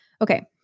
Okay